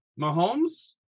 Mahomes